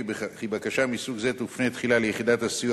ושבקשה מסוג זה תופנה תחילה ליחידת הסיוע